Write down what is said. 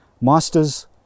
Masters